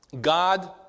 God